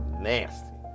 Nasty